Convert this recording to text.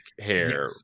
hair